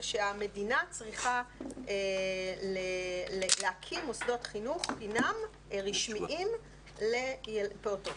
שהמדינה צריכה להקים מוסדות חינוך חינם רשמיים לפעוטות.